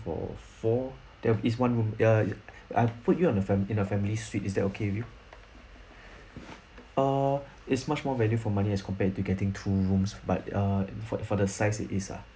for four there is one room err I put you on a fam~ in a family suite is that okay with you uh is much more value for money as compared to getting two rooms but uh for for the size it is ah